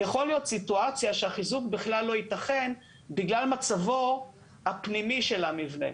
יכולה להיות סיטואציה שהחיזוק בכלל לא יתכן בגלל מצבו הפנימי של המבנה.